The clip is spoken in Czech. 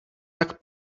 tak